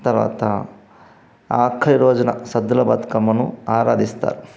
తర్వాత ఆఖరి రోజున సద్దుల బతుకమ్మను ఆరాధిస్తారు